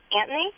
Anthony